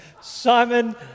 Simon